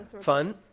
Fun